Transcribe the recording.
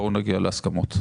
בואו נגיע להסכמות.